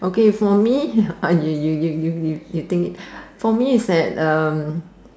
okay for me you you you you think it for me is that